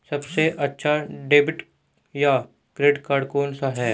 सबसे अच्छा डेबिट या क्रेडिट कार्ड कौन सा है?